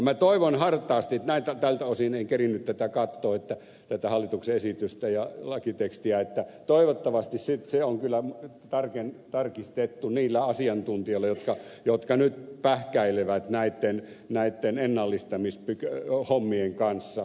minä toivon hartaasti tältä osin en kerinnyt katsoa tätä hallituksen esitystä ja lakitekstiä että toivottavasti sitten se on kyllä tarkistettu niillä asiantuntijoilla jotka nyt pähkäilevät näitten ennallistamishommien kanssa